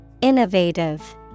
Innovative